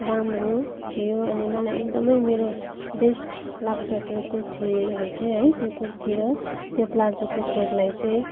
राम्रो थियो अनि मलाई एकदमै मेरो बेस्ट लाग्छ त्यो कुर्तीहरू चाहिँ है त्यो कुर्ती र त्यो प्लाजोको सेटलाई चाहिँ